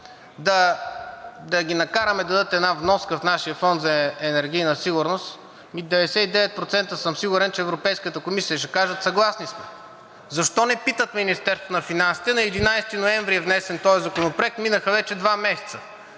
да ги накараме да дадат една вноска в нашия Фонд за енергийна сигурност?“ – ами 99% съм сигурен, че от Европейската комисия ще кажат: „Съгласни сме.“ Защо не питат Министерството на финансите? На 11 ноември е внесен този законопроект, минаха вече два месеца,